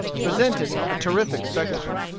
presented a terrific spectacle.